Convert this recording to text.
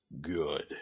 good